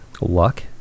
luck